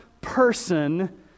person